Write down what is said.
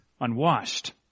unwashed